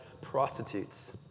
prostitutes